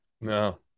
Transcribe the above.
No